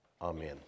Amen